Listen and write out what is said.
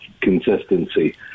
consistency